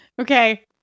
Okay